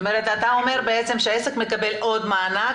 אתה אומר שהעסק מקבל עוד מענק?